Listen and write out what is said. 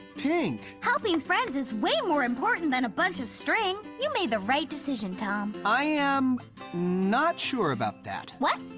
pink. helping friends is way more important than a bunch of string. you made the right decision, tom. i am not sure about that. what?